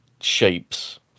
shapes